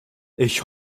ich